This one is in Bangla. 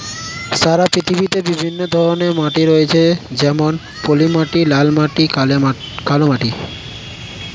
সারা পৃথিবীতে বিভিন্ন ধরনের মাটি রয়েছে যেমন পলিমাটি, লাল মাটি, কালো মাটি ইত্যাদি